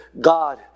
God